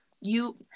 You-